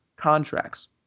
contracts